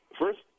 First